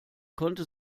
konnte